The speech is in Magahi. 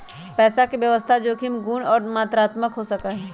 पैसा के व्यवस्था जोखिम गुण और मात्रात्मक हो सका हई